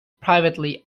privately